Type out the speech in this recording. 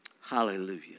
Hallelujah